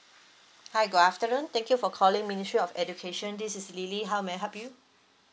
hi good afternoon thank you for calling ministry of education this is lily how may I help you